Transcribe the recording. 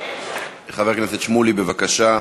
חבר הכנסת שמולי, בבקשה.